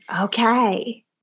okay